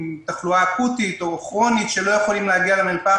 תחלואה אקוטית או כרונית שלא יכולים להגיע למרפאה.